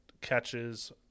catches